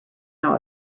how